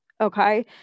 Okay